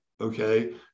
okay